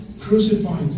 crucified